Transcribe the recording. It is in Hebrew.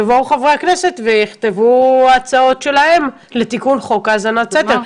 יביאו חברי הכנסת ויכתבו הצעות שלהם לתיקון חוק האזנת סתר.